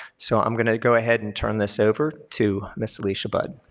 so i'm going to go ahead and turn this over to ms. alicia budd.